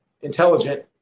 intelligent